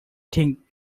think